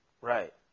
Right